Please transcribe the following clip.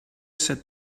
sat